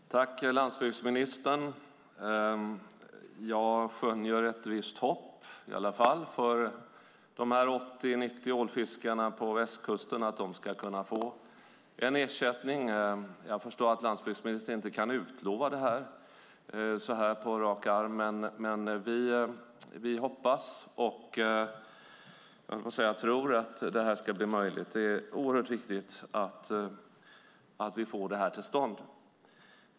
Herr talman! Jag tackar landsbygdsministern. Jag skönjer i alla fall ett visst hopp för dessa 80-90 fiskare på västkusten och för att de ska kunna få en ersättning. Jag förstår att landsbygdsministern inte kan utlova detta så här på rak arm, men vi hoppas och tror - höll jag på att säga - att detta ska bli möjligt. Det är oerhört viktigt att vi får det till stånd.